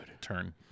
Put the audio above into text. Turn